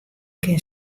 kin